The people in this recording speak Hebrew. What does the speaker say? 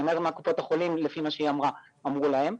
אני אומר מה קופות החולים לפי מה שהיא אמרה אמרו להם.